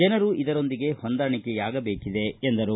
ಜನರು ಇದರೊಂದಿಗೆ ಹೊಂದಾಣಿಕೆ ಆಗಬೇಕಿದೆ ಎಂದರು